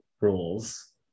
rules